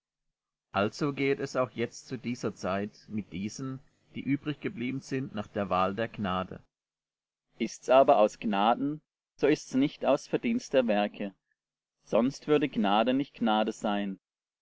also gehet es auch jetzt zu dieser zeit mit diesen die übriggeblieben sind nach der wahl der gnade ist's aber aus gnaden so ist's nicht aus verdienst der werke sonst würde gnade nicht gnade sein